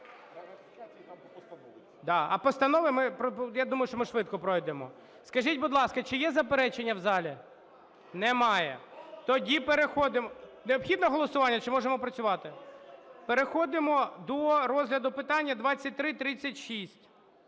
а постанови ми, я думаю, що ми швидко пройдемо. Скажіть, будь ласка, чи є заперечення в залі? Немає. Тоді переходимо… Необхідно голосування чи можемо працювати? Переходимо до розгляду питання 2336.